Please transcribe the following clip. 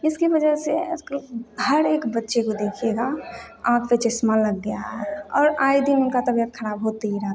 इसकी वजह से आज कल हर एक बच्चे को देखिएगा आँख पे चश्मा लग गया है और आए दिन उनका तबियत ख़राब होते ही रहता है